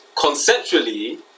conceptually